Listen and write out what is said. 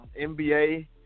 NBA